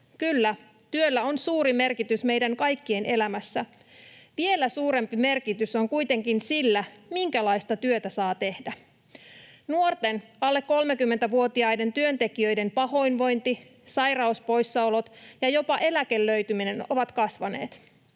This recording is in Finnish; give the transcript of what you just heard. Kyllä, työllä on suuri merkitys meidän kaikkien elämässä. Vielä suurempi merkitys on kuitenkin sillä, minkälaista työtä saa tehdä. Nuorten, alle 30-vuotiaiden työntekijöiden pahoinvointi, sairauspoissaolot ja jopa eläköityminen ovat kasvaneet.